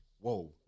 whoa